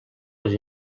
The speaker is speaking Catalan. les